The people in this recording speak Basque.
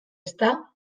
ezta